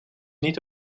niet